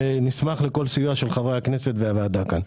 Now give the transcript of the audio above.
נשמח לכל סיוע של חברי הכנסת והוועדה כאן.